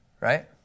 Right